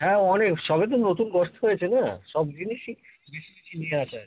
হ্যাঁ অনেক সবে তো নতুন হয়েছে না সব জিনিসই বেশি বেশি নিয়ে আসা আছে